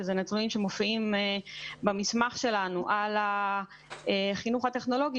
שזה נתונים שמופיעים במסמך שלנו על החינוך הטכנולוגי,